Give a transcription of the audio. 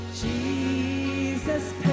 Jesus